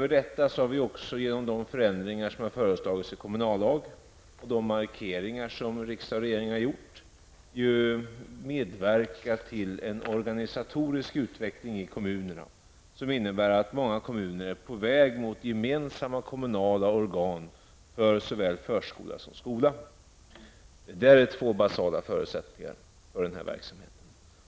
Dessutom har vi genom de förändringar som föreslagits i kommunallagen och genom de markeringar som regering och riksdag har gjort medverkat till en organisatorisk utveckling i kommunerna, vilken innebär att många kommuner är på väg mot gemensamma kommunala organ för såväl skola som förskola. Detta är två basala förutsättningar för denna verksamhet,